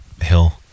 hill